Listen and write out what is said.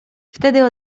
wtedy